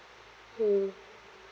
hmm